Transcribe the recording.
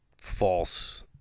false